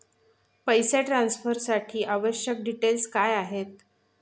पैसे ट्रान्सफरसाठी आवश्यक डिटेल्स काय आहेत?